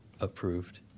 approved